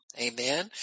Amen